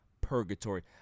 purgatory